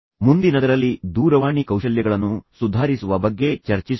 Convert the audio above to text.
ಮುಂದಿನದರಲ್ಲಿ ನಾನು ನಿಮ್ಮ ದೂರವಾಣಿ ಕೌಶಲ್ಯಗಳನ್ನು ಸುಧಾರಿಸುವ ಬಗ್ಗೆ ಅಂತಿಮವಾಗಿ ಚರ್ಚಿಸೋಣ